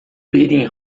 beating